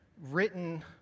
written